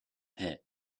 pit